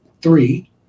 three